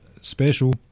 special